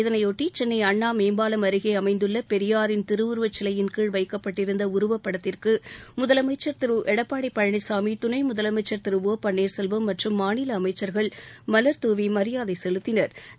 இதனையொட்டி சென்னை அண்ணா மேம்பாலம் அருகே அமைந்துள்ள பெரியாரின் திருவுருவச் சிலையின் கீழ் வைக்கப்பட்டிருந்த உருவப்படத்திற்கு முதலமைச்சள் திரு எடப்பாடி பழனிசாமி துணை முதலமைச்சா் திரு ஒ பன்னீர்செல்வம் மற்றும் மாநில அமைச்சா்கள் மலாதூவி மரியாதை செலுத்தினா்